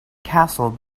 castle